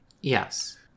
Yes